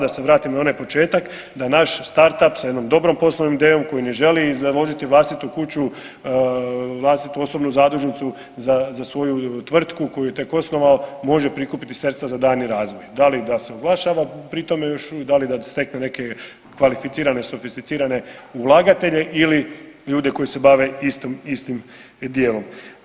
Da se vratim i na onaj početak da naš startup sa jednom dobrom poslovnom idejom koji ne želi založiti vlastitu kuću, vlastitu osobnu zadužnicu za svoju tvrtku koju je tek osnovao, može prikupiti sredstva za dalji razvoj da li da se oglašava pri tome još, da li da stekne neke kvalificirane, sofisticirane ulagatelje ili ljude koji se bave istim dijelom.